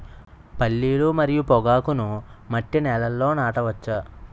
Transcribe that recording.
పల్లీలు మరియు పొగాకును మట్టి నేలల్లో నాట వచ్చా?